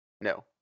No